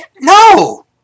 No